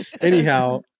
Anyhow